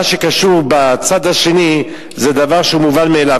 מה שקשור בצד השני זה דבר שהוא מובן מאליו.